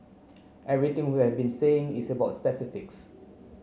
everything we have been saying is about